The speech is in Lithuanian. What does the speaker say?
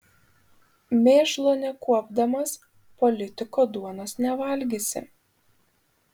mėšlo nekuopdamas politiko duonos nevalgysi